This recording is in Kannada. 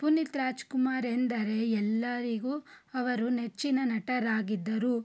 ಪುನೀತ್ ರಾಜ್ಕುಮಾರ್ ಎಂದರೆ ಎಲ್ಲರಿಗೂ ಅವರು ನೆಚ್ಚಿನ ನಟರಾಗಿದ್ದರು